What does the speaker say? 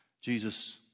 Jesus